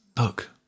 look